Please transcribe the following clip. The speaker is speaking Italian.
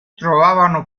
trovavano